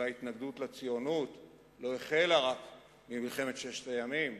הרי ההתנגדות לציונות לא החלה רק במלחמת ששת הימים,